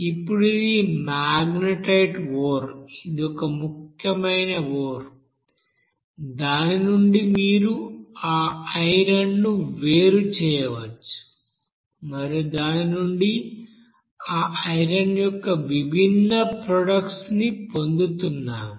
ఇప్పుడు ఇది magnetite ore ఇది ఒక ముఖ్యమైన ఓర్ దాని నుండి మీరు ఆ ఐరన్ ను వేరు చేయవచ్చు మరియు దాని నుండి ఆ ఐరన్ యొక్క విభిన్న ప్రోడక్ట్ ని పొందుతున్నాము